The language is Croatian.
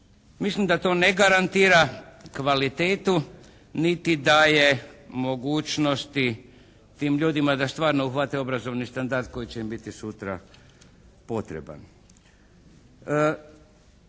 Mislim da to ne garantira kvalitetu niti daje mogućnosti tim ljudima da stvarno uhvate obrazovni standard koji će im biti sutra potreban.